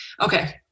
Okay